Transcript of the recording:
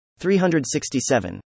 367